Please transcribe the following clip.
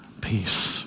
peace